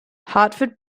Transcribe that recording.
hartford